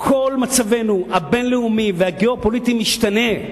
כל מצבנו הבין-לאומי והגיאו-פוליטי משתנה.